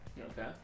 Okay